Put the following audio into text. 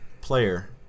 player